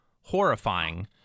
horrifying